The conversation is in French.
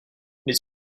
les